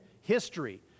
history